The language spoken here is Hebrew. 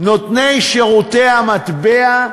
נותני שירותי המטבע,